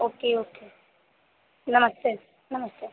okay okay नमस्ते नमस्ते